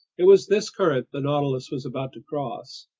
it was this current the nautilus was about to cross.